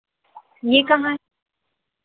ये कहाँ है